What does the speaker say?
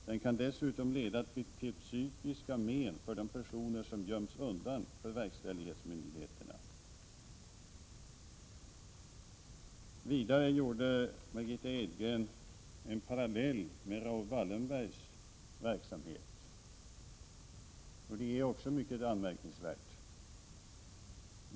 Den kan dessutom leda till psykiska men för de personer som göms undan för verkställighetsmyndigheterna.” Vidare drog Margitta Edgren en parallell mellan denna verksamhet och Raoul Wallenbergs, och det är också mycket anmärkningsvärt.